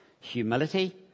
humility